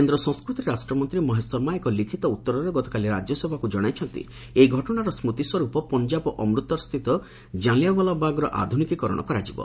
କେନ୍ଦ୍ର ସଂସ୍କୃତି ରାଷ୍ଟ୍ର ମନ୍ତ୍ରୀ ମହେଶ ଶର୍ମା ଏକ ଲିଖିତ ଉତ୍ତରରେ ଗତକାଲି ରାଜ୍ୟସଭାକୁ ଜଣେଇଛନ୍ତି ଏହି ଘଟଣାର ସ୍କୃତି ସ୍ୱରୂପ ପଞ୍ଜାବ ଅମୃତସରସ୍ଥିତ କାଲିଆଁବାଲା ବାଗ୍ର ଆଧୁନିକୀକରଣ କରାଯିବ